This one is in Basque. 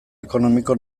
ekonomiko